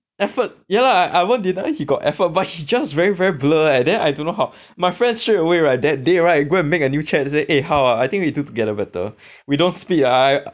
effort ya lah I won't deny he got effort but he just very very blur leh then I don't know how my friend straightaway right that day right go and make a new chat and say eh how ah I think we do together better we don't split lah I